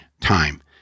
time